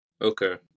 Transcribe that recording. Okay